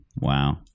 Wow